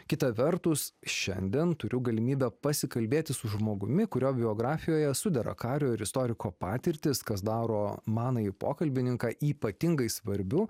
kita vertus šiandien turiu galimybę pasikalbėti su žmogumi kurio biografijoje sudera kario ir istoriko patirtis kas daro manąjį pokalbininką ypatingai svarbiu